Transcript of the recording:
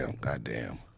Goddamn